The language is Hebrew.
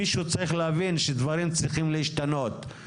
מישהו צריך להבין שדברים צריכים להשתנות,